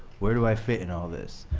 where do i fit in all this?